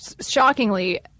shockingly